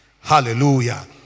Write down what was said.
Hallelujah